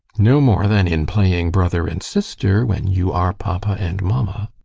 no more than in playing brother and sister when you are papa and mamma.